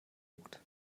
juckt